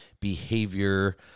behavior